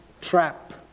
trap